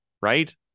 right